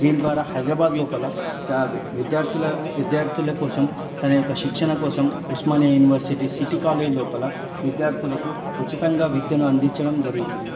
దీని ద్వారా హైదరాబాద్ లోపల చ విద్యార్థుల విద్యార్థుల కోసం తన యొక్క శిక్షణ కోసం ఉస్మానియా యూనివర్సిటీ సిటీ కాలేజ్ లోపల విద్యార్థులకు ఉచితంగా విద్యను అందించడం జరుగుతుంది